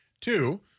Two